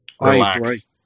relax